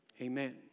Amen